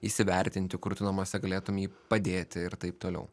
įsivertinti kur tu namuose galėtum jį padėti ir taip toliau